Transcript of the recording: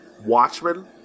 Watchmen